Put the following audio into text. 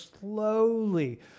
slowly